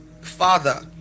father